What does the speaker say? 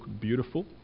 beautiful